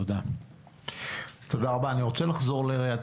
תודה רבה, אני רוצה לחזור לעיריית